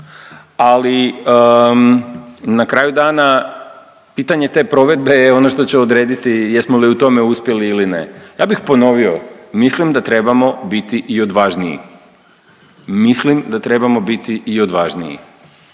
ali na kraju dana pitanje te provedbe je ono što će odrediti jesmo li u tome uspjeli ili ne. Ja bih ponovio mislim da trebamo biti i odvažniji. Mislim da trebamo biti i odvažniji